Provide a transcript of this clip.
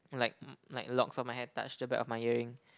like m~ like locks of my hair touch the back of my earring